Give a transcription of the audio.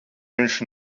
viņš